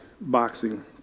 boxing